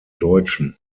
deutschen